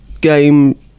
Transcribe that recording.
Game